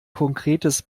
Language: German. konkretes